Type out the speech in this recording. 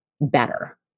better